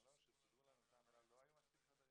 במלון שסודר לנו מטעם אל על לא היו מספיק חדרים